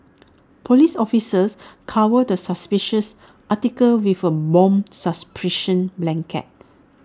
Police officers covered the suspicious article with A bomb suppression blanket